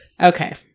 Okay